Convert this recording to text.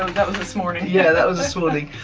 um that was this morning. yeah, that was this morning.